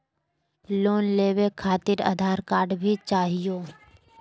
Loan लेवे खातिरआधार card भी चाहियो?